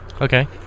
Okay